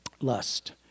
Lust